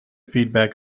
feedback